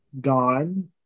gone